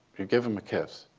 you give them a kiss.